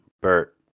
Bert